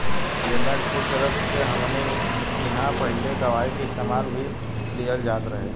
गेन्दा के फुल के रस से हमनी किहां पहिले दवाई के इस्तेमाल मे भी लिहल जात रहे